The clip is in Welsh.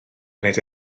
gwneud